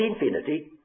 infinity